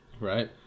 Right